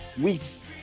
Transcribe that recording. weeks